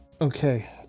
Okay